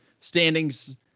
standings